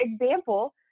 example